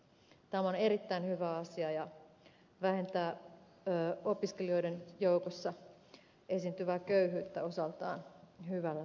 tämä on erittäin hyvä asia ja vähentää opiskelijoiden joukossa esiintyvää köyhyyttä osaltaan hyvällä tavalla